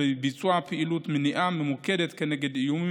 ביצוע פעילות מניעה ממוקדת כנגד איומים